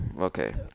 Okay